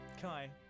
Kai